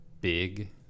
big